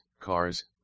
cars